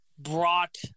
Brought